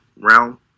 realm